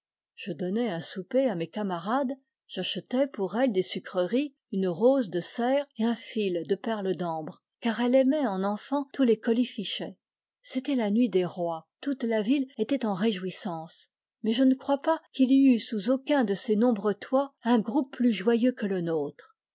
je donnai un souper à mes camarades j'achetai pour elle des sucreries une rose de serre et un fil de perles d'ambre car elle aimait en enfant tous les colifichets c'était la nuit des rois toute la ville était en réjouissance mais je ne crois pas qu'il y eût sous aucun de ses nombreux toits un groupe plus joyeux que le nôtre